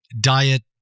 diet